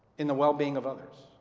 in the wellbeing of others.